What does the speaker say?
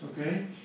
okay